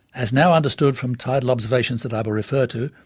as now understood from tidal observations that i will refer to,